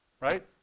Right